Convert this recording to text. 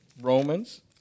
Romans